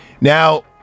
Now